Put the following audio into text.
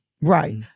Right